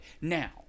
now